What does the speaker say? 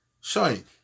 Shine